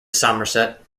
somerset